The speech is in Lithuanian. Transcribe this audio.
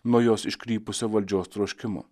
nuo jos iškrypusio valdžios troškimo